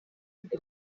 ngo